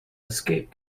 escape